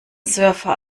server